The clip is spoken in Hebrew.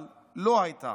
אבל לא הייתה.